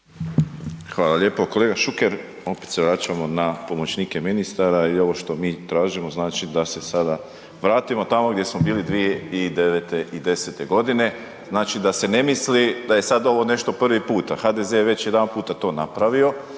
Hvala lijepo. Kolega Šuker, opet se vraćamo na pomoćnike ministara i ovo što mi tražimo znači da se sada vratimo tamo gdje smo bili 2009. i 2010. g., znači da se ne misli da je sad ovo nešto prvi puta, HDZ je već jedanputa to napravio,